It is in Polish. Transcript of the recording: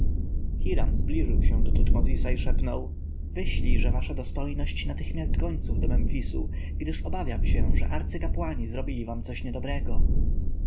hiram zbliżył się do tutmozisa i szepnął wyślijże wasza dostojność natychmiast gońców do memfisu gdyż obawiam się że arcykapłani zrobili wam coś niedobrego